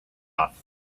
off